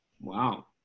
Wow